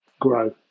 grow